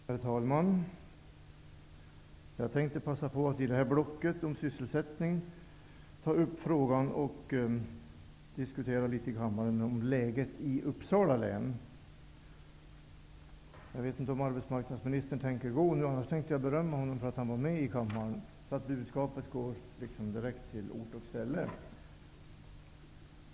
Herr talman! Jag tänkte i detta block om sysselsättningen beröra läget i Uppsala län. Jag vet inte om arbetsmarknadsministern avser att lämna kammaren. Annars tänkte jag berömma honom för att han har deltagit i debatten så att budskapen går direkt till ort och ställe.